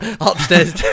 Upstairs